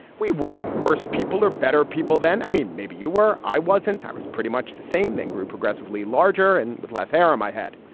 we weren't worse. people are better people then. i mean, maybe you were. i wasn't. i was pretty much the same, then grew progressively larger and with less hair on my head.